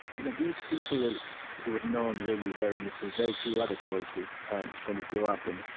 you know, these people who have known really very little, very few other choices when you grow up in,